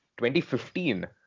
2015